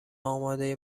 امادهی